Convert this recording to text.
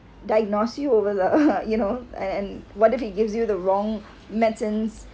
diagnose you over the you know and and what if he gives you the wrong medicines